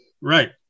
Right